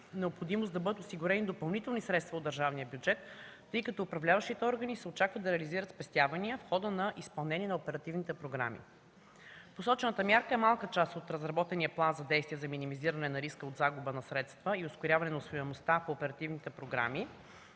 необходимост да бъдат осигурени допълнителни средства от държавния бюджет, тъй като управляващите органи се очаква да реализират спестявания в хода на изпълнение на оперативните програми. Посочената мярка е малка част от разработения план за действие за минимизиране на риска от загуба на средства и ускоряване на усвояемостта по оперативните програми